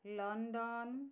London